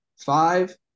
Five